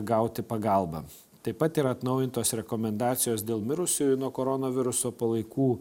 gauti pagalbą taip pat yra atnaujintos rekomendacijos dėl mirusiųjų nuo koronaviruso palaikų